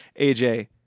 AJ